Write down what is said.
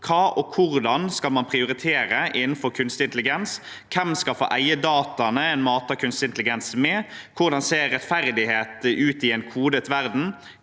Hva og hvordan skal man prioritere innenfor kunstig intelligens? Hvem skal få eie dataene en mater kunstig intelligens med? Hvordan ser rettferdighet ut i en kodet verden?